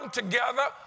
together